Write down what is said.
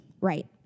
Right